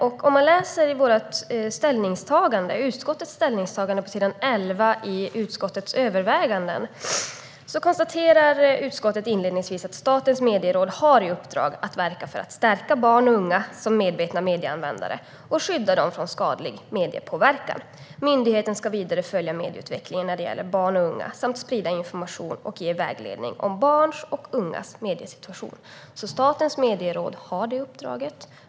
I utskottets ställningstagande står följande: "Utskottet konstaterar inledningsvis att Statens medieråd har i uppdrag att verka för att stärka barn och unga som medvetna medieanvändare och skydda dem från skadlig mediepåverkan. Myndigheten ska vidare följa medieutvecklingen när det gäller barn och unga samt sprida information och ge vägledning om barns och ungas mediesituation." Statens medieråd har alltså det uppdraget.